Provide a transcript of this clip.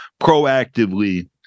proactively